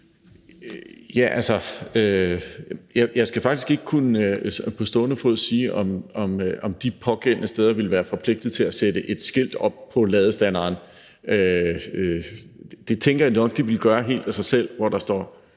Jeg skal faktisk ikke på stående fod kunne sige, om de pågældende steder ville være forpligtet til at sætte et skilt op på ladestanderen – det tænker jeg nok de ville gøre helt af sig selv – hvor der står: